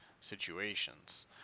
situations